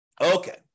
Okay